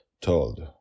Told